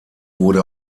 wurde